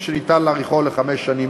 שאפשר להאריכו לחמש שנים